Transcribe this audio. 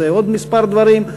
עושה עוד כמה דברים,